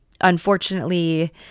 unfortunately